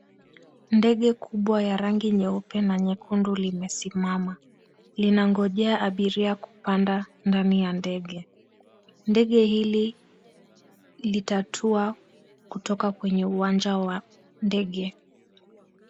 Ndege kubwa ya rangi nyeupe na nyekundu limesimama. Linangojea abiria kupanda ndani ya ndege. Ndege hili litatua kutoka kwenye uwanja wa ndege.